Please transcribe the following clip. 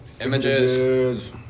Images